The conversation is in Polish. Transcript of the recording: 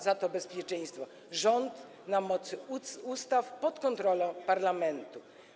Za to bezpieczeństwo odpowiada rząd - na mocy ustaw, pod kontrolą parlamentu.